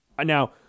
Now